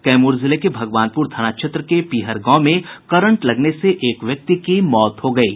कैमूर जिले के भगवानपुर थाना क्षेत्र के पिहर गांव में करंट लगने से एक ग्रामीण की मौत हो गयी